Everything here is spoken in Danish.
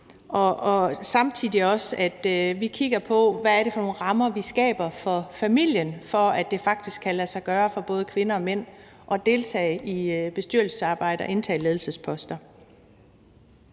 og samtidig skal vi kigge på, hvad det er for nogle rammer, vi skaber for familien, for at det faktisk kan lade sig gøre for både kvinder og mænd at deltage i bestyrelsesarbejde og indtage ledelsesposter.